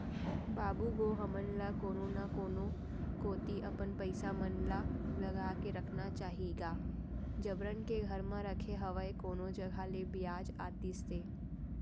बाबू गो हमन ल कोनो न कोनो कोती अपन पइसा मन ल लगा के रखना चाही गा जबरन के घर म रखे हवय कोनो जघा ले बियाज आतिस ते